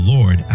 Lord